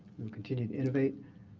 we'll continue to innovate.